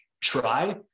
try